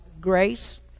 grace